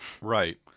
Right